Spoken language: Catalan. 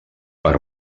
per